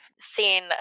seen